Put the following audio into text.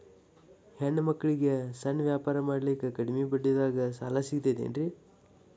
ಹೆಣ್ಣ ಮಕ್ಕಳಿಗೆ ಸಣ್ಣ ವ್ಯಾಪಾರ ಮಾಡ್ಲಿಕ್ಕೆ ಕಡಿಮಿ ಬಡ್ಡಿದಾಗ ಸಾಲ ಸಿಗತೈತೇನ್ರಿ?